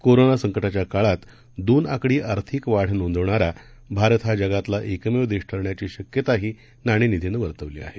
कोरोनासंकटाच्याकाळात दोनआकडीआर्थिकवाढनोंदवणारा भारतहाजगातलाएकमेवदेशठरण्याचीशक्यताहीनाणेनिधीनंवर्तवलीआहे